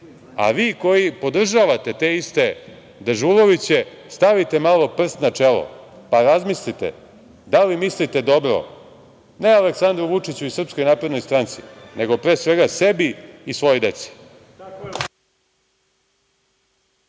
a vi koji podržavate te iste Dežuloviće stavite malo prst na čelo pa razmisliste da li mislite dobro ne Aleksandru Vučiću i SNS, nego pre svega sebi i svojoj deci.